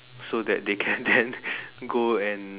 so that they can then go and